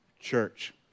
church